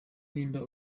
nimba